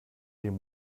den